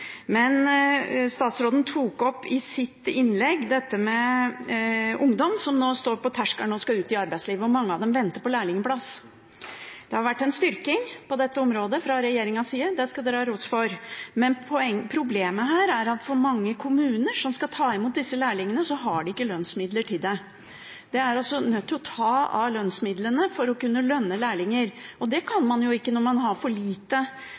Statsråden tok opp i sitt innlegg dette med ungdom som nå står på terskelen og skal ut i arbeidslivet, og mange av dem venter på lærlingplass. Det har vært en styrking på dette området fra regjeringens side – det skal den ha ros for – men problemet her er at mange kommuner som skal ta imot disse lærlingene, ikke har lønnsmidler til det. De er nødt til å ta av lønnsmidlene for å kunne lønne lærlinger, og det kan man jo ikke når man har for lite